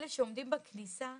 אלה שעומדים בכניסה,